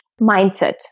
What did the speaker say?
mindset